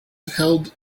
held